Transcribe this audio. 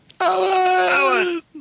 Alan